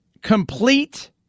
complete